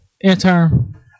Intern